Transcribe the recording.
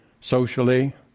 socially